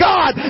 God